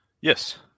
Yes